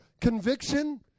Conviction